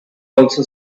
also